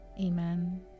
Amen